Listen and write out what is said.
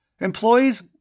Employees